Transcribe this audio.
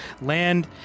land